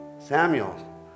Samuel